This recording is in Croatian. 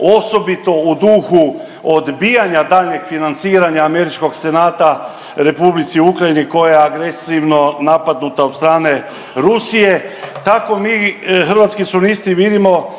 osobito u duhu odbijanja daljnjeg financiranja Američkog senata Republici Ukrajini koja je agresivno napadnuta od strane Rusije. Tako mi Hrvatski suverenisti vidimo